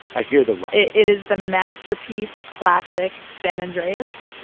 i hear the rock it it is the masterpiece classic, san andreas.